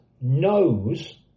knows